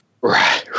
Right